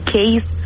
case